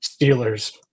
Steelers